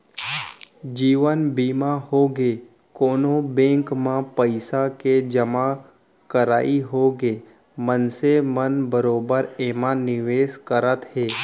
जीवन बीमा होगे, कोनो बेंक म पइसा के जमा करई होगे मनसे मन बरोबर एमा निवेस करत हे